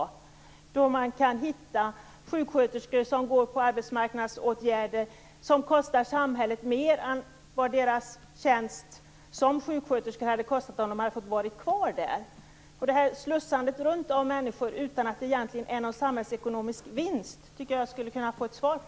I dag kan man hitta sjuksköterskor som går på arbetsmarknadsåtgärder vilka kostar samhället mer än vad deras tjänst som sjuksköterska hade gjort om de hade fått ha den kvar. Jag vill gärna ha ett svar när det gäller att människor slussas runt på det här sättet utan någon egentlig samhällsekonomisk vinst.